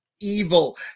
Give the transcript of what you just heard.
evil